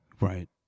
Right